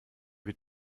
wie